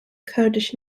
kurdish